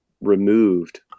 removed